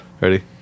ready